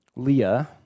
Leah